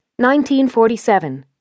1947